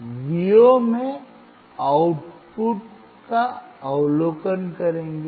हम Vo में output का अवलोकन करेंगे